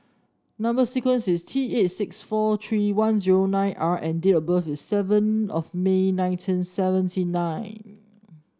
number sequence is T eight six four three one zero nine R and date of birth is seven of May nineteen seventy nine